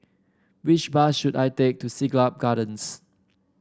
which bus should I take to Siglap Gardens